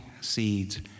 seeds